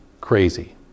Crazy